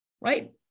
right